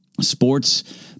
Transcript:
sports